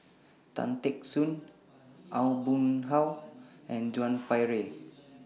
Tan Teck Soon Aw Boon Haw and Joan Pereira